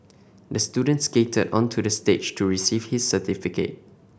the student skated onto the stage to receive his certificate